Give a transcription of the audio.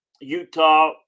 Utah